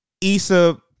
Issa